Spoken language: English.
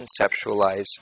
conceptualize